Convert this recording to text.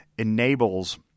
enables